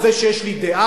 על זה שיש לי דעה?